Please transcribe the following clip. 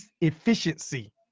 efficiency